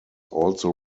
also